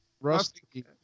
Rusty